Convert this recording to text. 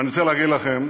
ואני רוצה להגיד לכם,